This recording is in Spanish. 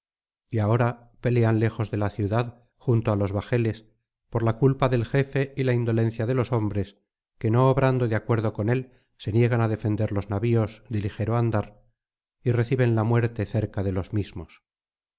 y ahora pelean lejos de la ciudad junto á los bajeles por la culpa del jefe y la indolencia de los hombres que no obrando de acuerdo con él se niegan á defender los navios de ligero andar y reciben la muerte cerca de los mismos